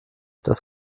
das